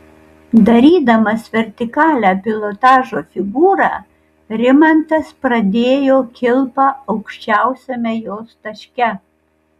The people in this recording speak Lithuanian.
darydamas vertikalią pilotažo figūrą rimantas pradėjo kilpą aukščiausiame jos taške